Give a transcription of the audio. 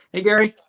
hey, gary,